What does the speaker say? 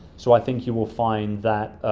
so i think you will find that